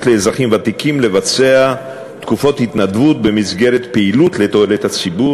לאזרחים ותיקים לבצע פעולות התנדבות לתועלת הציבור,